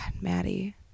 Maddie